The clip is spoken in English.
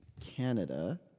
canada